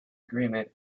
agreement